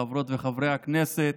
חברות וחברי הכנסת,